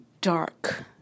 dark